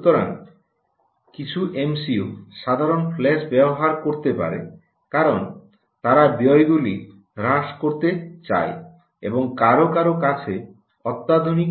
সুতরাং কিছু এমসিইউ সাধারণ ফ্ল্যাশ ব্যবহার করতে পারে কারণ তারা ব্যয়গুলি হ্রাস করতে চায় এবং কারও কারও কাছে অত্যাধুনিক